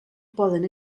poden